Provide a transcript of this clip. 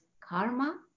Karma